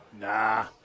Nah